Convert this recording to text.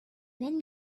then